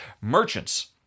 Merchants